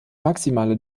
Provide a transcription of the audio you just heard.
maximale